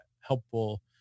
helpful